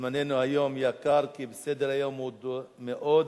זמננו היום יקר, כי סדר-היום מאוד עמוס.